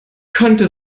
konnte